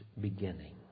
beginning